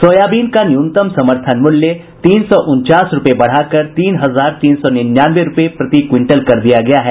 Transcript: soybean का न्यूनतम समर्थन मूल्य तीन सौ उनचास रूपये बढ़ाकर तीन हजार तीन सौ निन्यानवे रूपये प्रति क्विंटल कर दिया गया है